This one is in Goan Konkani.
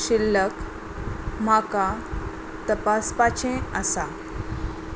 शिल्लक म्हाका तपासपाचें आसा